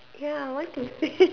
ya I want to